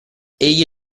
egli